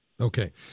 Okay